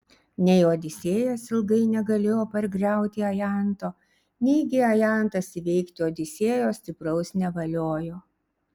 nei odisėjas ilgai negalėjo pargriauti ajanto neigi ajantas įveikti odisėjo stipraus nevaliojo